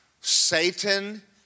Satan